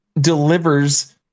delivers